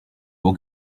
will